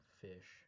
fish